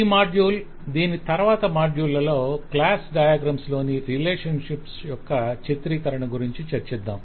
ఈ మాడ్యూల్ దీని తరువాత మాడ్యూల్ లో క్లాస్ డయాగ్రమ్ లోని రిలేషన్షిప్స్ యొక్క చిత్రీకరణ గురించి చర్చిద్దాం